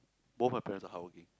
both my parents are hardworking